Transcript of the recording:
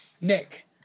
Nick